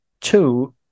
two